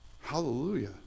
Hallelujah